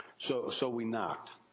so so, we knocked.